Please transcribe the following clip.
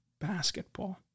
basketball